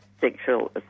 sexual